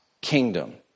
kingdom